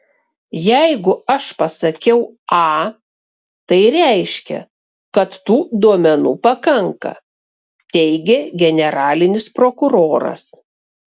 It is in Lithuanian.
jeigu aš pasakiau a tai reiškia kad tų duomenų pakanka teigė generalinis prokuroras